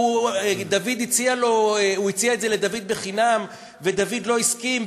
הוא הציע את זה לדוד בחינם ודוד לא הסכים,